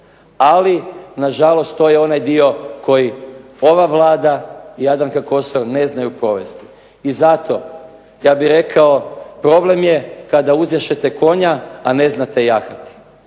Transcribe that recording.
Ali na žalost to je onaj dio koji ova Vlada i Jadranka Kosor ne znaju provesti. I zato ja bih rekao problem je kada uzjašete konja, a ne znate jahati.